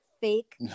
fake